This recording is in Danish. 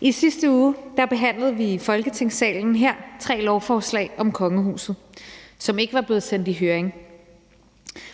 I sidste uge behandlede vi i Folketingssalen her tre lovforslag om kongehuset, som ikke var blevet sendt i høring,